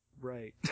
Right